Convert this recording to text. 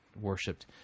worshipped